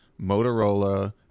Motorola